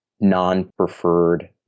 non-preferred